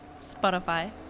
Spotify